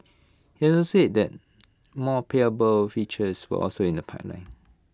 he also said that more payable features were also in the pipeline